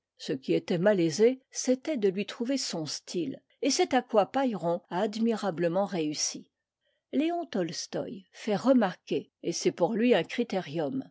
ce qui était malaisé c'était de lui trouver son style et c'est à quoi pailleron a admirablement réussi léon tolstoï fait remarquer et c'est pour lui un